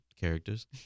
characters